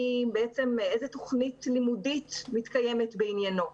איזו תוכנית לימודית מתקיימת בעניינו?